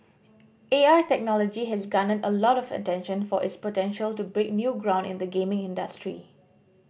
A R technology has garnered a lot of attention for its potential to break new ground in the gaming industry